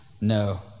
no